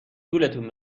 گولتون